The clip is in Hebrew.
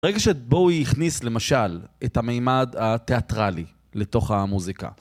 רגע שבואי יכניס למשל את המימד התיאטרלי לתוך המוזיקה.